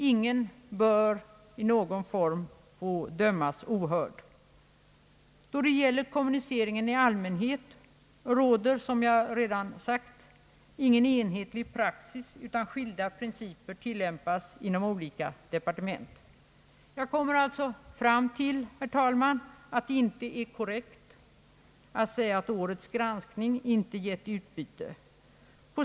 Ingen bör i någon form få dömas ohörd. Då det gäller kommunicering i allmänhet råder, som jag redan framhållit, ingen enhetlig praxis, utan skilda principer tillämpas inom de olika departementen. Jag kommer alltså fram till, herr talman, att det inte är korrekt att säga att årets granskning inte gett utbyte.